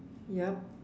yup